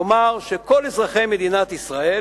כלומר שכל אזרחי מדינת ישראל